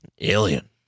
Alien